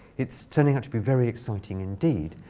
it's turning out to be very exciting, indeed.